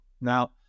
Now